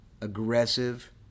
aggressive